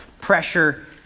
pressure